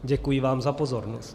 Děkuji vám za pozornost.